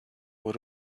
what